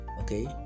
okay